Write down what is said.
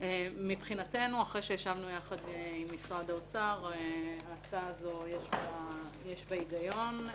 יש בהצעה הזאת היגיון.